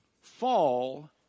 fall